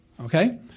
Okay